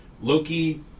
Loki